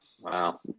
Wow